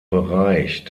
bereich